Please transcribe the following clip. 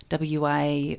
WA